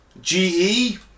GE